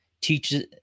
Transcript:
teaches